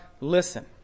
listen